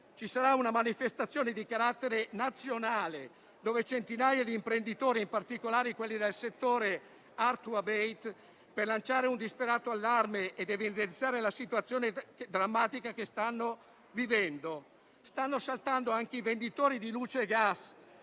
ci sarà una manifestazione di carattere nazionale, con centinaia di imprenditori in particolare del settore *hard to abate*, per lanciare un disperato allarme ed evidenziare la situazione drammatica che stanno vivendo. Stanno saltando anche i venditori di luce e gas